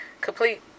complete